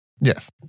yes